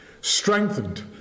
Strengthened